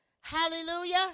Hallelujah